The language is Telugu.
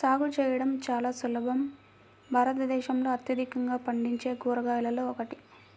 సాగు చేయడం చాలా సులభం భారతదేశంలో అత్యధికంగా పండించే కూరగాయలలో ఒకటి